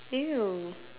you